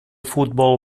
futbol